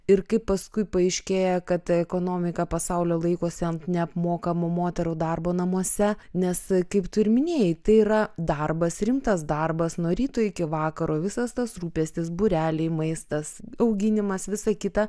ir kaip paskui paaiškėja kad ekonomika pasaulio laikosi ant neapmokamo moterų darbo namuose nes kaip tu ir minėjai tai yra darbas rimtas darbas nuo ryto iki vakaro visas tas rūpestis būreliai maistas auginimas visa kita